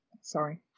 Sorry